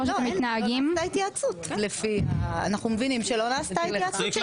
אנחנו מבינים שלא נעשתה התייעצות.